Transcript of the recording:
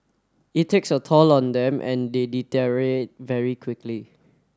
it takes a toll on them and they very quickly